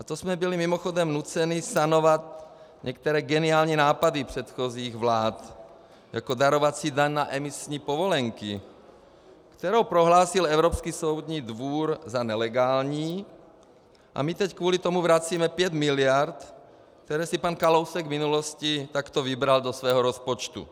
A to jsme byli mimochodem nuceni sanovat některé geniální nápady předchozích vlád, jako darovací daň na emisní povolenky, kterou prohlásil Evropský soudní dvůr za nelegální, a my teď kvůli tomu vracíme 5 mld., které si pan Kalousek v minulosti takto vybral do svého rozpočtu.